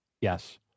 Yes